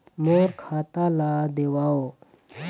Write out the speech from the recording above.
मोर खाता ला देवाव?